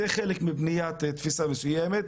זה חלק מבניית תפיסה מסוימת,